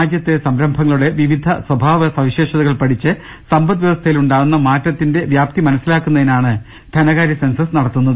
രാജ്യത്തെ സംരംഭങ്ങളുടെ വിവിധ സ്വഭാവ സവിശേഷതകൾ പഠിച്ച് സമ്പദ് വ്യവസ്ഥയിലുണ്ടായ മാറ്റത്തിന്റെ വ്യാപ്തി മനസ്സിലാക്കുന്ന തിനാണ് ധനകാര്യ സെൻസസ് നടത്തുന്നത്